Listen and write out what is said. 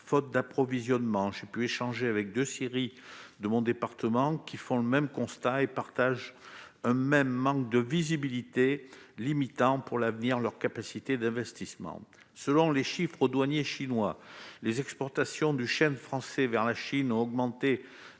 faute d'approvisionnement, j'ai pu échanger avec 2 séries de mon département qui font le même constat et partagent un même manque de visibilité limitant pour l'avenir, leur capacité d'investissement, selon les chiffres aux douaniers chinois, les exportations du chef français vers la Chine ont augmenté